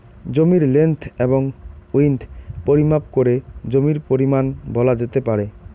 জমির লেন্থ এবং উইড্থ পরিমাপ করে জমির পরিমান বলা যেতে পারে